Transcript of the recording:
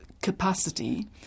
capacity